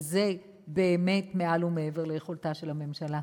וזה באמת מעל ומעבר ליכולתה של הממשלה.